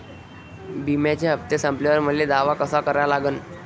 बिम्याचे हप्ते संपल्यावर मले दावा कसा करा लागन?